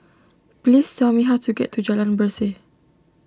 please tell me how to get to Jalan Berseh